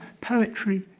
poetry